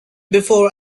before